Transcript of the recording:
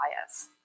bias